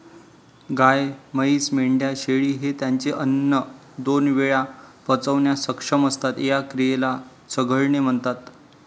गाय, म्हैस, मेंढ्या, शेळी हे त्यांचे अन्न दोन वेळा पचवण्यास सक्षम असतात, या क्रियेला चघळणे म्हणतात